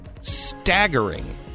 staggering